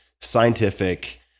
scientific